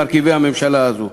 מרכיבי הממשלה הזאת,